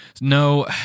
No